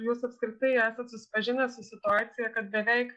jūs apskritai esat susipažinęs su situacija kad beveik